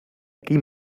aquí